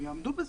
הם יעמדו בזה.